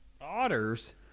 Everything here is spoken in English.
Otters